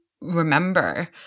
remember